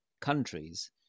countries